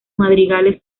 madrigales